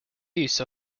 use